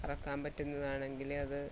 കറക്കാൻ പറ്റുന്നതാണെങ്കിൽ അത്